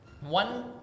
one